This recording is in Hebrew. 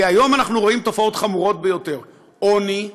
היום אנחנו רואים תופעות חמורות ביותר: עוני,